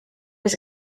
was